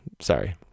Sorry